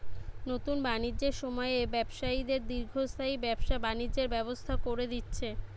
নুতন বাণিজ্যের সময়ে ব্যবসায়ীদের দীর্ঘস্থায়ী ব্যবসা বাণিজ্যের ব্যবস্থা কোরে দিচ্ছে